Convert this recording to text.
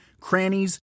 crannies